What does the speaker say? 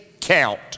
count